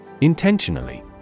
Intentionally